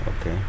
okay